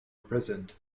imprisoned